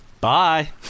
bye